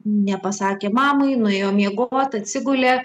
nepasakė mamai nuėjo miegot atsigulė